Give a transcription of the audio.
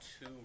two